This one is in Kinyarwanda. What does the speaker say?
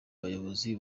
abayobozi